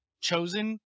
chosen